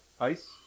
ice